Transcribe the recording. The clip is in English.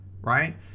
right